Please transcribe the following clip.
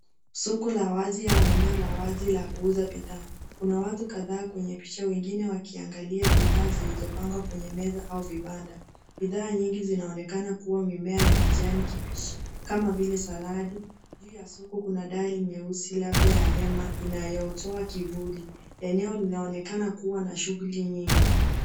Soko la wazi au eneo la wazi la kuuza bidhaa. Kuna watu kadhaa kwenye picha, wengine wakiangalia bidhaa zilizopangwa kwenye meza au vibanda. Bidhaa nyingi zinaonekana kuwa mimea ya kijani kibichi kama vile saladi. Juu ya soko kuna dari nyeusi labda ya hema inayotoa kivuli. Eneo linaonekana kuwa na shughuli nyingi.